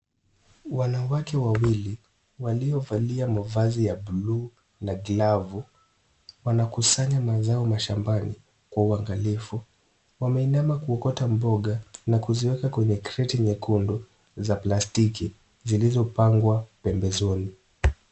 Wanawake wawili waliovalia mavazi ya blue na glavu wanakusanya mazao mashambani kwa uangalifu. Wameinama kuokota mboga na kuziweka kwenye kreti nyekundu za plastiki zilizopangwa pembezoni.